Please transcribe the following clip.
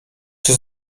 czy